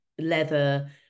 leather